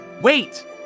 wait